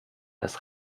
das